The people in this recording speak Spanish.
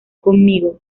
conmigo